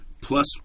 Plus